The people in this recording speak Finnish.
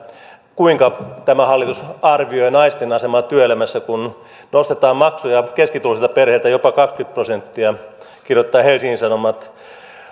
kuinka tämä hallitus arvioi naisten asemaa työelämässä kun nostetaan maksuja keskituloisilta perheiltä jopa kaksikymmentä prosenttia kuten helsingin sanomat kirjoittaa